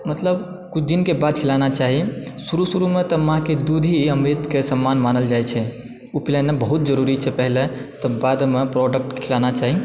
मतलब किछु दिन के बाद खिलाना चाही शुरू शुरू मे तऽ माँ के दूध ही अमृत के सामान मानल जाइ छै ओ पिलेनाइ बहुत जरुरी छै पहिले तऽ बादमे प्रोडक्ट खिलाना चाही